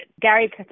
Gary